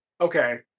Okay